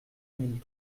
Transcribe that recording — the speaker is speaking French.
mille